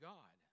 God